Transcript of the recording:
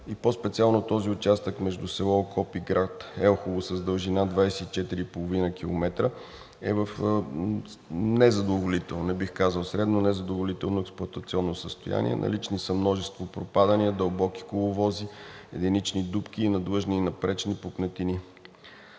По специално този участък между село Окоп и град Елхово с дължина 24,5 км е в незадоволително, бих казал, средно незадоволително експлоатационно състояние. Налични са множество пропадания, дълбоки коловози, единични дупки и надлъжни и напречни пукнатини.